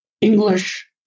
English